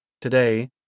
Today